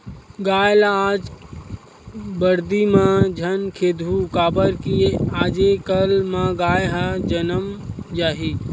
गाय ल आज बरदी म झन खेदहूँ काबर कि आजे कल म गाय ह जनम जाही